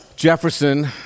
Jefferson